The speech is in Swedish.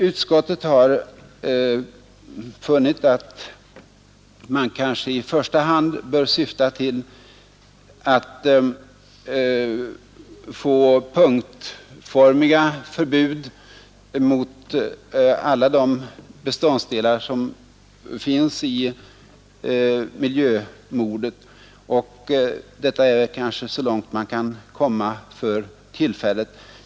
Utskottet har funnit att man kanske i första hand bör syfta till att få punktförbud mot alla beståndsdelar som ingår i miljömordet, och detta är kanske så långt man kan komma för tillfället.